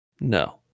No